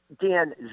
Dan